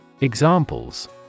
Examples